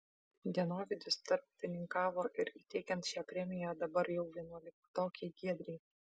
dienovidis tarpininkavo ir įteikiant šią premiją dabar jau vienuoliktokei giedrei